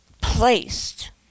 placed